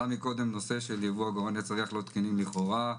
עלה קודם נושא יבוא עגורני צריח לא תקינים לכאורה.